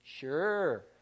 Sure